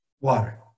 water